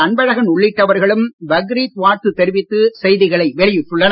அன்பழகன் உள்ளிட்டவர்களும் பக்ரீத் வாழ்த்து தெரிவித்து செய்திகளை வெளியிட்டுள்ளனர்